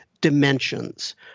dimensions